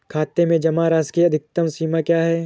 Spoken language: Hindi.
खाते में जमा राशि की अधिकतम सीमा क्या है?